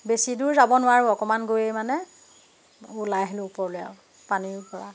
বেছি দূৰ যাব নোৱাৰো অকণমান গৈয়ে মানে উলাই আহিলো ওপৰলৈ আৰু পানীৰ পৰা